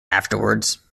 afterwards